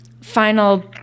final